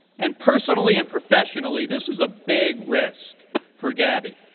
and personally and professionally, this was a big risk for gabby.